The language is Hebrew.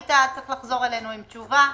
היית צריך לחזור אלינו עם תשובה.